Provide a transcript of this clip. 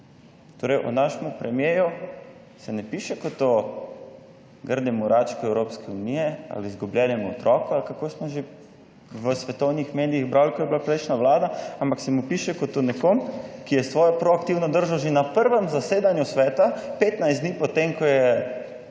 Torej, o našem premierju se ne piše kot o grdem račku Evropske unije ali izgubljenemu otroku ali kako smo že v svetovnih medijih brali, ko je bila prejšnja vlada, ampak se mu piše kot o nekom, ki je svojo proaktivno držal že na prvem zasedanju sveta, 15 dni po tem, ko je